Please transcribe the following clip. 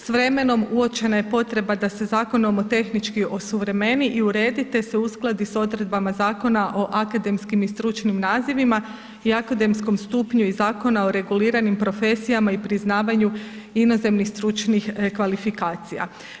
S vremenom uočena je potreba da se zakon nomotehnički osuvremeni i uredi te se uskladi s odredbama Zakona o akademskim i stručnim nazivima i akademskom stupnju iz Zakona o reguliranim profesijama i priznavanju inozemnih stručnih kvalifikacija.